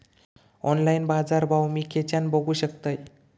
Online बाजारभाव मी खेच्यान बघू शकतय?